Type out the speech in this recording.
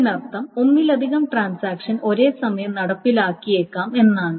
ഇതിനർത്ഥം ഒന്നിലധികം ട്രാൻസാക്ഷൻ ഒരേസമയം നടപ്പിലാക്കിയേക്കാം എന്നാണ്